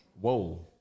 Whoa